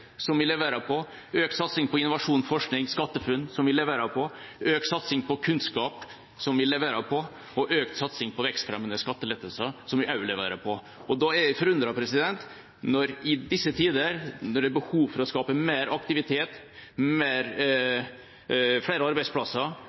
som vi leverer på, økt satsing på innovasjon, forskning og SkatteFUNN, som vi leverer på, økt satsing på kunnskap, som vi leverer på, og økt satsing på vekstfremmende skattelettelser – som vi også leverer på. I disse tider, når det er behov for å skape mer aktivitet og flere arbeidsplasser,